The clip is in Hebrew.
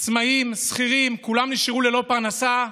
שעצמאים, שכירים, כולם נשארו ללא פרנסה,